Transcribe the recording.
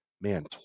man